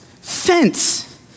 fence